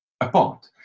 apart